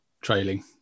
trailing